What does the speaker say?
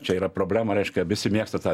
čia yra problema reiškia visi mėgsta tą